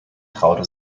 traute